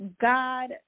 God